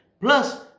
Plus